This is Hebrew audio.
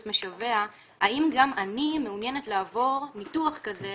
משווע "האם גם אני מעוניינת לעבור ניתוח כזה